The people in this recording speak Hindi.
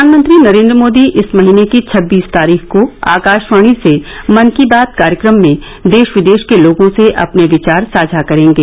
प्रधानमंत्री नरेन्द्र मोदी इस महीने की छब्बीस तारीख को आकाशवाणी से मन की बात कार्यक्रम में देश विदेश के लोगों से अपने विचार साझा करेंगे